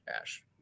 Ash